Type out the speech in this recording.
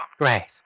Great